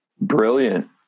Brilliant